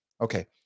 Okay